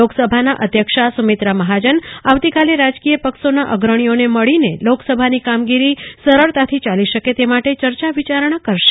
લોકસભાના અધ્યક્ષા સુમિત્રામહાજન આવતીકાલે રાજકીય પક્ષોના અગ્રણીઓને મળીને લોકસભાની કામગીરી સરળતાથી ાલી શકે તે માટે ચર્ચા વિચારણા કરશે